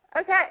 Okay